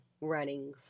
running